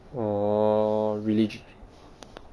oh religion ah